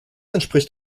entspricht